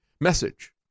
message